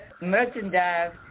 merchandise